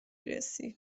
رسی